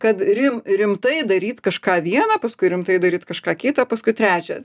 kad rim rimtai daryt kažką vieną paskui rimtai daryt kažką kitą paskui trečią